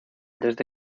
desde